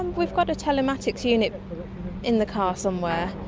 we've got a telematics unit in the car somewhere,